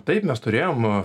taip mes turėjom